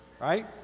right